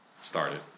started